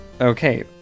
okay